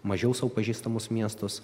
mažiau sau pažįstamus miestus